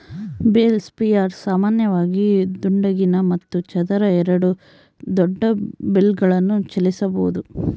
bale spears ಸಾಮಾನ್ಯವಾಗಿ ದುಂಡಗಿನ ಮತ್ತು ಚದರ ಎರಡೂ ದೊಡ್ಡ ಬೇಲ್ಗಳನ್ನು ಚಲಿಸಬೋದು